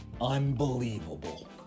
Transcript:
unbelievable